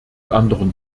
anderen